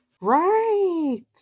right